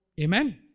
Amen